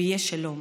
ויהיה שלום.